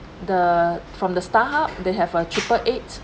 the from the Starhub they have a triple eight